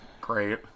Great